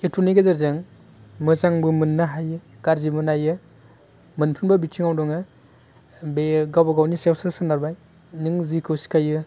इउटुबनि गेजेरजों मोजांबो मोन्नो हायो गाज्रिबो नायो मोनफ्रोमबो बिथिङाव नोङो बेयो गाबागावनि सायावसो सोनारबाय नों जिखौ सिखायो